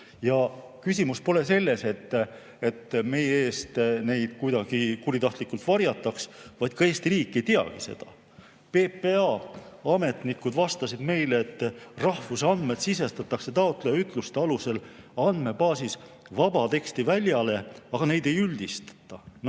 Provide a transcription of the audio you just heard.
Ja küsimus pole selles, et meie eest neid andmeid kuidagi kuritahtlikult varjataks, vaid ka Eesti riik ei tea seda. PPA ametnikud vastasid meile, et rahvuse andmed sisestatakse [isiku] ütluste alusel andmebaasis vabateksti väljale, aga neid ei üldistata.